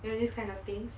you know this kind of things